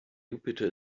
jupiter